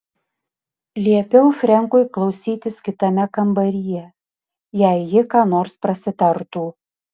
liepiau frenkui klausytis kitame kambaryje jei ji ką nors prasitartų